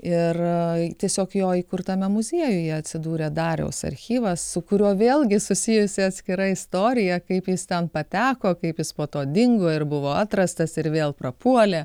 ir tiesiog jo įkurtame muziejuje atsidūrė dariaus archyvas su kuriuo vėl gi susijusi atskira istorija kaip jis ten pateko kaip jis po to dingo ir buvo atrastas ir vėl prapuolė